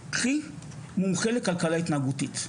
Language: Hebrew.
קחי מומחה לכלכלה התנהגותית.